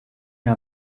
mir